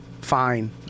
fine